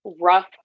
rough